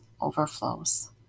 overflows